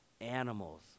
Animals